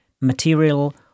material